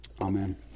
Amen